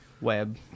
Web